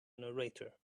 narrator